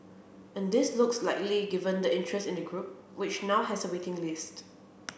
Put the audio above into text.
and this looks likely given the interest in the group which now has a waiting list